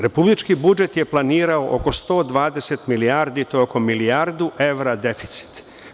Republički budžet je planirao oko 120 milijardi, to je oko milijardu evra deficit.